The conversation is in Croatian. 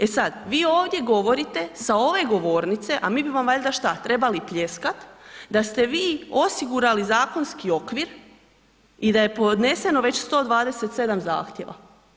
E sad, vi ovdje govorite sa ove govornice, a mi bi vam valjda što, trebali pljeskati, da ste vi osigurali zakonski okvir i da je podneseno već 127 zahtjeva.